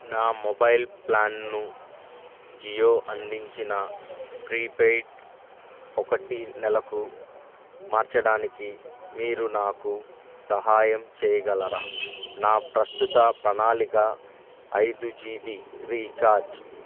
నా మొబైల్ ప్లాన్ను జియో అందించిన ప్రీపెయిడ్ ఒకటి నెలకు మార్చడానికి మీరు నాకు సహాయం చేయగలరా నా ప్రస్తుత ప్రణాళిక ఐదు జీ బీ రీఛార్జ్